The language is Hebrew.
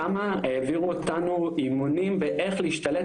שמה העבירו אותנו אימונים באייך להשתלט